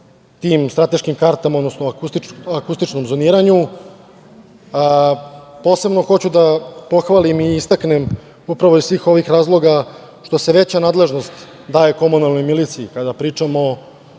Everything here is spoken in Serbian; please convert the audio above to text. tim strateškim kartama, odnosno, akustičnom zoniranju. Posebno hoću da pohvalim i istaknem, upravo iz svih ovih razloga, što se veća nadležnost daje komunalnoj miliciji, kada pričamo